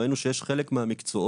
ראינו שיש חלק מהמקצועות